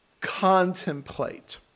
contemplate